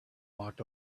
walked